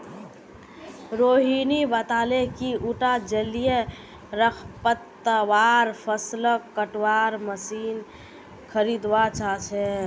रोहिणी बताले कि उटा जलीय खरपतवार फ़सलक कटवार मशीन खरीदवा चाह छ